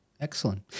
excellent